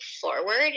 forward